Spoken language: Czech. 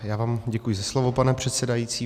Já vám děkuji za slovo, pane předsedající.